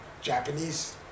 Japanese